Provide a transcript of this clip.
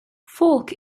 folk